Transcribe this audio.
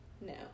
No